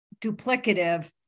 duplicative